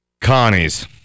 Connie's